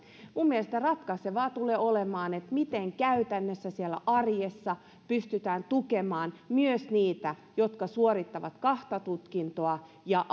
minun mielestäni ratkaisevaa tulee olemaan miten käytännössä siellä arjessa pystytään tukemaan myös niitä jotka suorittavat kahta tutkintoa ja